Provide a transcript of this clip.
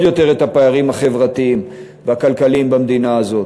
יותר את הפערים החברתיים והכלכליים במדינה הזאת,